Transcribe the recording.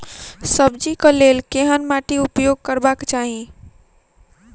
सब्जी कऽ लेल केहन माटि उपयोग करबाक चाहि?